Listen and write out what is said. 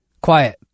Quiet